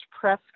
press